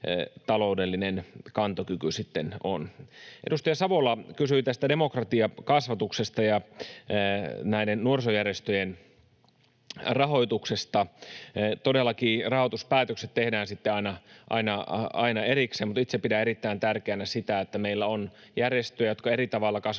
taloudellinen kantokyky on. Edustaja Savola kysyi demokratiakasvatuksesta ja nuorisojärjestöjen rahoituksesta. Todellakin rahoituspäätökset tehdään aina erikseen. Mutta itse pidän erittäin tärkeänä sitä, että meillä on järjestöjä, jotka eri tavalla kasvattavat